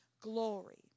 glory